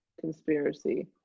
Conspiracy